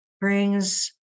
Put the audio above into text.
brings